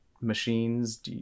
machines